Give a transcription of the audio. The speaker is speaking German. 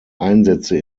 einsätze